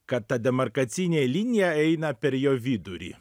kad ta demarkacinė linija eina per jo vidurį